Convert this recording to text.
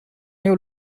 you